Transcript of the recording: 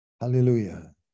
hallelujah